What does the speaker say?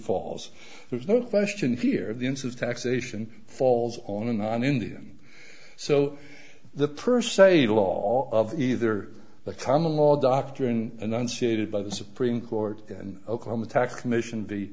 falls there's no question here the insoles taxation falls on and on indian so the per se law of either the common law doctrine enunciated by the supreme court and oklahoma tax commission